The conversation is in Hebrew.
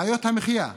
בעיות המחיה,